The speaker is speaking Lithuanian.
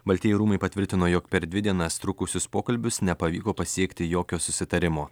baltieji rūmai patvirtino jog per dvi dienas trukusius pokalbius nepavyko pasiekti jokio susitarimo